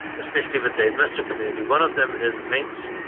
especially with the investor community. one of them is links,